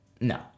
no